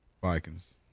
Vikings